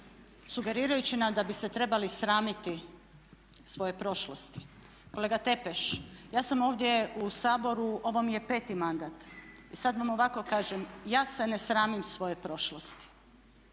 sugerirajući nam da bi se trebali sramiti svoje prošlosti. Kolega Tepeš ja sam ovdje u Saboru ovo mi je peti mandat i sad vam ovako kažem ja se ne sramim svoje prošlosti.